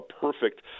perfect